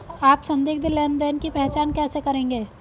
आप संदिग्ध लेनदेन की पहचान कैसे करेंगे?